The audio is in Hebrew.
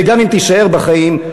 וגם אם תישאר בחיים,